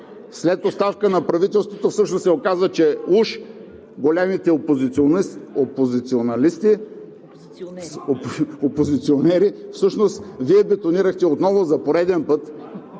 след оставка на правителството, всъщност се окажа, че уж големите опозиционери, всъщност Вие бетонирахте отново, за пореден път